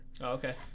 Okay